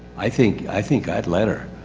i think, i think i'd let her.